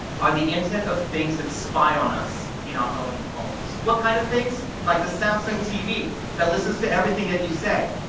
the internet of things that spy on us in our own homes. what kind of things? like the samsung tv that listens to everything that you say.